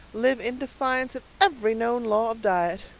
live in defiance of every known law of diet.